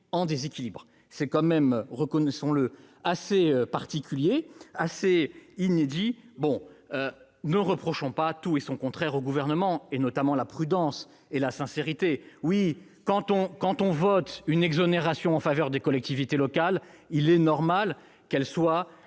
C'est tout de même, reconnaissons-le, assez particulier, assez inédit. Ne reprochons pas tout et son contraire au Gouvernement, et notamment sa prudence et sa sincérité. Oui, quand on vote une exonération en faveur des collectivités locales, il est normal qu'elle soit